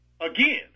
again